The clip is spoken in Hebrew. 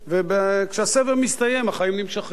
וכשהסבב מסתיים החיים נמשכים.